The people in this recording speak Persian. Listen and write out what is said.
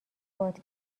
باد